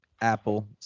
apple